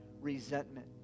resentment